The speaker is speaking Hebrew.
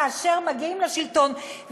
כאשר מגיעים לשלטון,